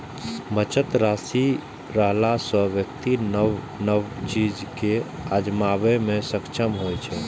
बचत राशि रहला सं व्यक्ति नव नव चीज कें आजमाबै मे सक्षम होइ छै